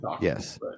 yes